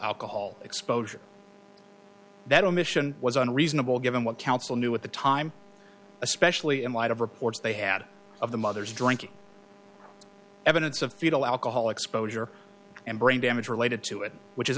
alcohol exposure that omission was unreasonable given what counsel knew at the time especially in light of reports they had of the mothers drinking evidence of fetal alcohol exposure and brain damage related to it which is